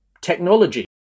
technology